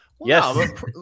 Yes